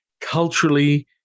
Culturally